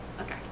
okay